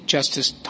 Justice